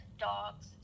dogs